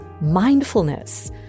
mindfulness